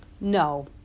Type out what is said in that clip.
No